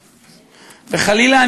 וחלילה,